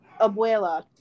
Abuela